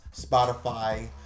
Spotify